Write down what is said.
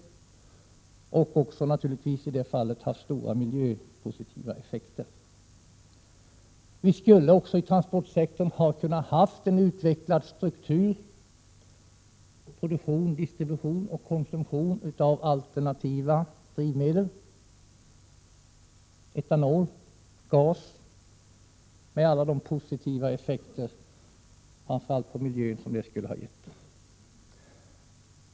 Det skulle naturligtvis ha haft positiva effekter i fråga om miljön. Vi skulle vidare inom transportsektorn ha kunnat utveckla en struktur, produktion, distribution och konsumtion med alternativa drivmedel — etanol och gas — med alla de positiva effekter framför allt på miljön som detta skulle ha medfört.